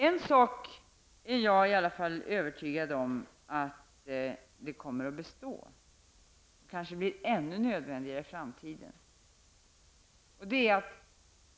En sak är jag i alla fall övertygad om kommer att bestå -- och kanske bli ännu nödvändigare i framtiden.